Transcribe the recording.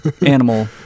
animal